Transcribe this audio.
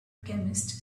alchemist